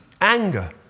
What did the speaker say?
anger